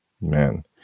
Man